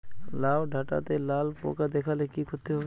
লাউ ডাটাতে লাল পোকা দেখালে কি করতে হবে?